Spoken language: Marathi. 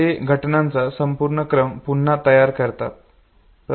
ते घटनांचा संपूर्ण क्रम पुन्हा तयार करतात